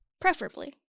preferably